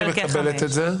ממתי היא מקבלת את זה?